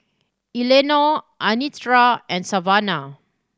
Eleanore Anitra and Savana